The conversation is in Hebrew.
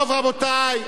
רבותי,